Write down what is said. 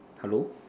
hello